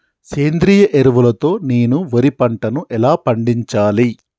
సేంద్రీయ ఎరువుల తో నేను వరి పంటను ఎలా పండించాలి?